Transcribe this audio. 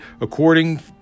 according